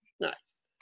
nice